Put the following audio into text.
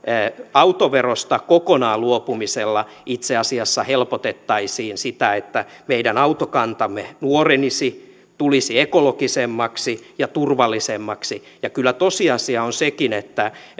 autoverosta kokonaan luopumisella itse asiassa helpotettaisiin sitä että meidän autokantamme nuorenisi tulisi ekologisemmaksi ja turvallisemmaksi ja kyllä tosiasia on sekin että